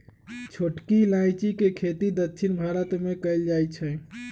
छोटकी इलाइजी के खेती दक्षिण भारत मे कएल जाए छै